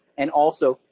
and also,